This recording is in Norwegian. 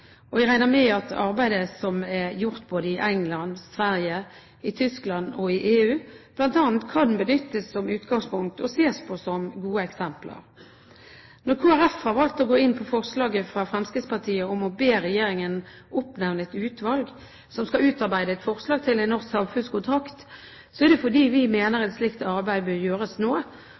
Jeg regner med at arbeidet som er gjort både i England, i Sverige, i Tyskland og i EU, bl.a. kan benyttes som utgangspunkt og ses på som gode eksempler. Når Kristelig Folkeparti har valgt å gå inn for forslaget fra Fremskrittspartiet om å be regjeringen oppnevne et utvalg som skal utarbeide et forslag til en norsk samfunnskontrakt, er det fordi vi mener et slikt arbeid bør gjøres